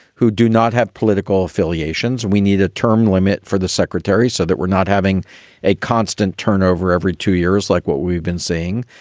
who do not have political affiliations. and we need a term limit for the secretaries so that we're not having a constant turnover every two years like what we've been seeing,